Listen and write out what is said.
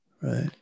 right